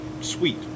sweet